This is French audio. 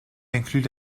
inclut